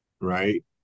right